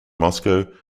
moscow